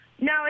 No